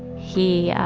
he